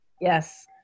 Yes